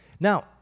Now